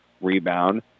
Rebound